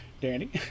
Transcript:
Danny